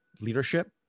leadership